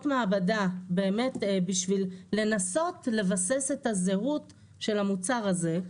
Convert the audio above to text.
מעבדה באמת בשביל לנסות לבסס את הזהות של המוצר הזה,